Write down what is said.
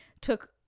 took